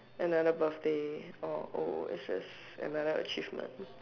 another birthday or oh it's just another achievement